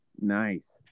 Nice